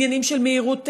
עניינים של מהירות להגיע,